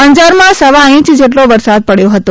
અંજારમાં સવા ઇંચ જેટલો વરસાદ પડ્યો હતો